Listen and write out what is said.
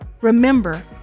Remember